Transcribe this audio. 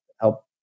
help